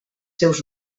seus